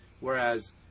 whereas